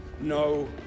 no